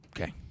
Okay